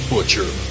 Butcher